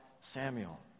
Samuel